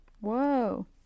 Whoa